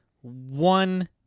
one